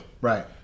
Right